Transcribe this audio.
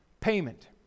payment